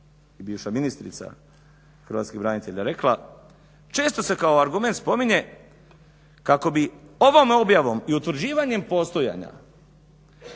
bivša ministrica hrvatskih branitelja rekla, često se kao argument spominje kako bi ovom objavom i utvrđivanjem postojanja